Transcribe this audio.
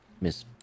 Miss